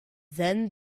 then